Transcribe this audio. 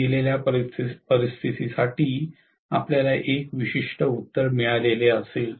दिलेल्या परिस्थितीसाठी आपल्याला एक विशिष्ट उत्तर मिळेल